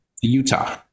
Utah